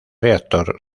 reactor